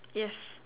yes